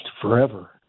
forever